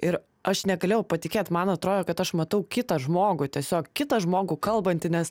ir aš negalėjau patikėt man atrodo kad aš matau kitą žmogų tiesiog kitą žmogų kalbantį nes